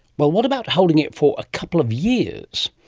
but what about holding it for a couple of years?